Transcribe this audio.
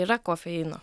yra kofeino